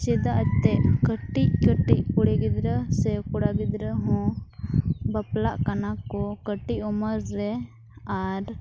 ᱪᱮᱫᱟᱜ ᱛᱮᱫ ᱠᱟᱹᱴᱤᱡ ᱠᱟᱹᱴᱤᱡ ᱠᱩᱲᱤ ᱜᱤᱫᱽᱨᱟᱹ ᱥᱮ ᱠᱚᱲᱟ ᱜᱤᱫᱽᱨᱟᱹ ᱦᱚᱸ ᱵᱟᱯᱞᱟᱜ ᱠᱟᱱᱟ ᱠᱚ ᱠᱟᱹᱴᱤᱡ ᱩᱢᱮᱹᱨ ᱨᱮ ᱟᱨ